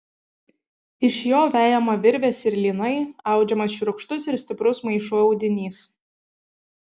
iš jo vejama virvės ir lynai audžiamas šiurkštus ir stiprus maišų audinys